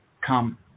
Come